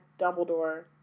Dumbledore